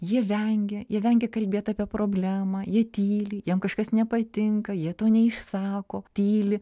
jie vengia jie vengia kalbėt apie problemą jie tyli jiem kažkas nepatinka jie to neišsako tyli